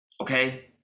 okay